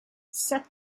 set